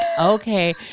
okay